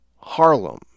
Harlem